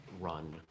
run